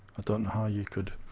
i don't know how you could